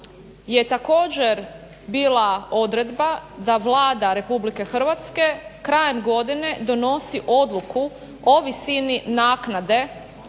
je također bila odredba da Vlada Republike Hrvatske krajem godine donosi odluku o visini naknade